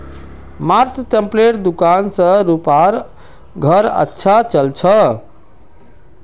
मात्र चप्पलेर दुकान स रूपार घर अच्छा चल छ